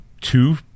two